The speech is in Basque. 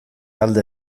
alde